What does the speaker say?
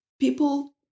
people